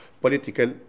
political